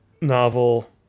novel